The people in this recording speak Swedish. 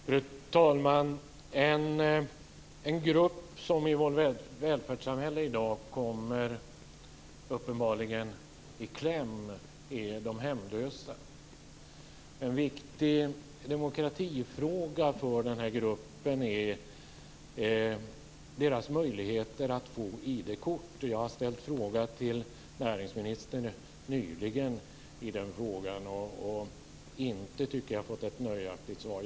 Fru talman! En grupp i vårt välfärdssamhälle som i dag uppenbarligen kommer i kläm är de hemlösa. En viktig demokratifråga för den här gruppen är deras möjligheter att få ID-kort. Jag har nyligen ställt en fråga om det till näringsministern men inte fått ett nöjaktigt svar.